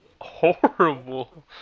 horrible